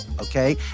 okay